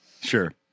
Sure